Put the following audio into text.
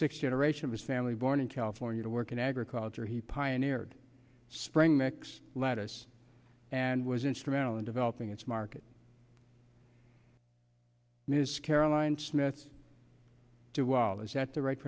six generation of his family born in california to work in agriculture he pioneered spring mix lettuce and was instrumental in developing its market ms caroline smith to all is that the right